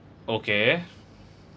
okay